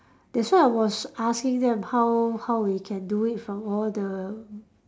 that's why I was asking them how how we can do it from all the